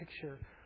picture